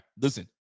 listen